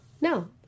no